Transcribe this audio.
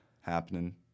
happening